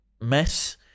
mess